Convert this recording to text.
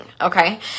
okay